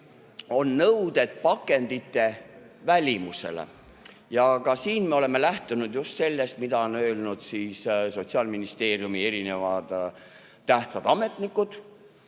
on nõuded pakendite välimusele. Ka siin me oleme lähtunud just sellest, mida on öelnud Sotsiaalministeeriumi erinevad tähtsad ametnikud,